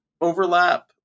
overlap